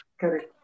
Correct